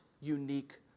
unique